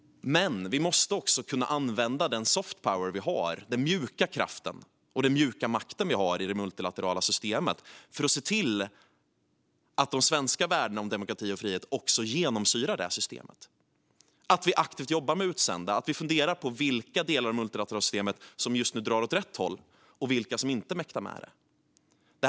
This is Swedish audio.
Men vi måste också kunna använda den softpower vi har - den mjuka kraften och den mjuka makten - i det multilaterala systemet för att se till att de svenska värdena om demokrati och frihet också genomsyrar detta system - att vi aktivt jobbar med utsända och att vi funderar på vilka delar i det multilaterala systemet som just nu drar åt rätt håll och vilka som inte mäktar med det. Fru talman!